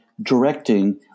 directing